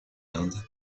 inde